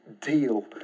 deal